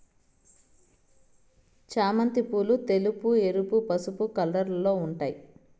చామంతి పూలు తెలుపు, ఎరుపు, పసుపు కలర్లలో ఉంటాయి